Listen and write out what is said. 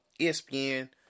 ESPN